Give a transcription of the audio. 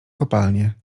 kopalnie